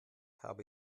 habe